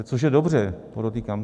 Což je dobře, podotýkám.